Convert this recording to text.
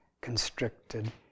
constricted